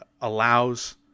allows